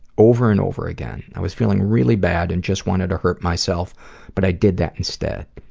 over and over again. i was feeling really bad and just wanted to hurt myself but i did that instead.